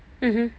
mmhmm